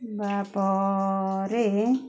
ତା'ପରେ